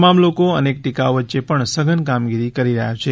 તમામ લોકો અનેક ટીકાઓ વચ્ચે પણ સઘન કામગીરી કરી રહ્યા છે